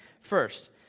First